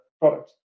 products